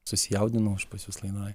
susijaudinau aš pas jus laidoj